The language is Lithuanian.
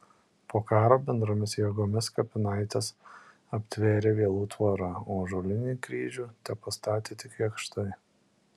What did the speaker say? po karo bendromis jėgomis kapinaites aptvėrė vielų tvora o ąžuolinį kryžių tepastatė tik jakštai